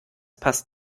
passt